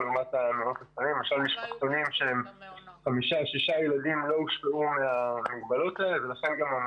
מעונות קטנים עד שבעה ילדים לא הושפעו מהמגבלות הללו.